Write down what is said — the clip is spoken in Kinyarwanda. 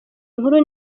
nkuru